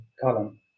column